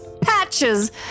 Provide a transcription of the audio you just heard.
Patches